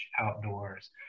outdoors